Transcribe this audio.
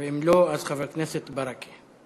ואם לא, אז חבר הכנסת ברכה.